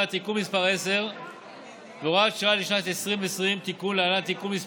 (תיקון מס' 10 והוראת שעה לשנת 2020) (תיקון),